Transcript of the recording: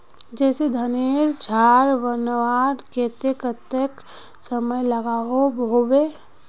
जैसे धानेर झार बनवार केते कतेक समय लागोहो होबे?